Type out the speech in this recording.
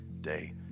day